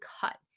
cut